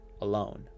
alone